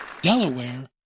Delaware